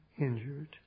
injured